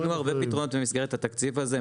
ניתנו הרבה פתרונות במסגרת התקציב הזה,